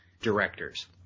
directors